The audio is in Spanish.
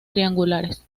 triangulares